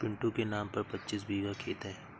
पिंटू के नाम पर पच्चीस बीघा खेत है